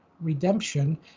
redemption